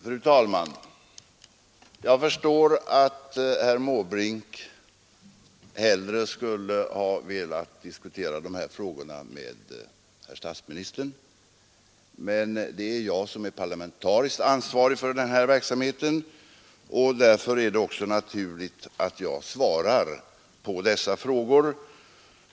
Fru talman! Jag förstår att herr Måbrink hellre skulle ha velat diskutera de här frågorna med herr statsministern. Men det är jag som är parlamentariskt ansvarig för den här verksamheten, och därför är det också naturligt att jag svarar på dessa frågor.